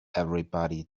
everybody